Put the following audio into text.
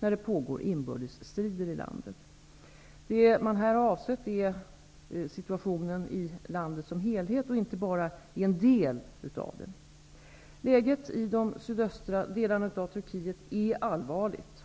när det pågår inbördesstrider i landet. Det man här har avsett är situationen i landet som helhet, inte bara i en del av det. Läget i de sydöstra delarna av Turkiet är allvarligt.